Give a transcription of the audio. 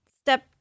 Step